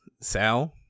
sal